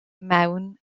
mewn